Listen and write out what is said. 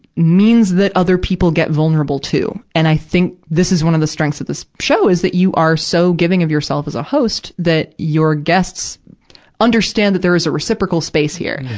means that other people get vulnerable, too. and i think, this is one of the strengths of this show, is that you are so giving of yourself as a host, that your guests understand that there is a reciprocal space here.